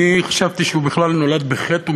אני חשבתי שהוא בכלל נולד בחטא,